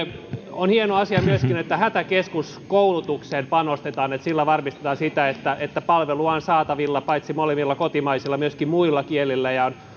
on hieno asia myöskin että hätäkeskuskoulutukseen panostetaan että sillä varmistetaan sitä että että palvelua on saatavilla paitsi molemmilla kotimaisilla myöskin muilla kielillä ja olen